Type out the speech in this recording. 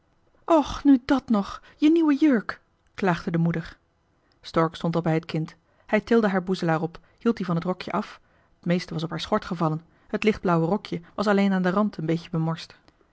och nu dat nog je nieuwe jurk klaagde de moeder stork stond al bij het kind hij tilde haar boezelaar op hield die van het rokje af t meeste was op haar schort gevallen het lichtblauwe rokje was alleen aan den rand een beetje bemorst